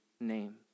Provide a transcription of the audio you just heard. name